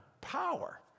power